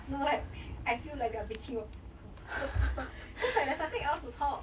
no like I feel like we are bitching about people a lot of people because like there's nothing else to talk